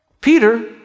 Peter